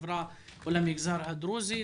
למגזר הדרוזי,